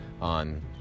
on